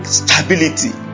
stability